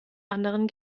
anderen